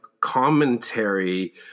commentary